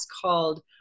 called